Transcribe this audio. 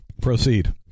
Proceed